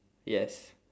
yes